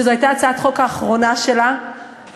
שזו הייתה הצעת החוק האחרונה שלה ולא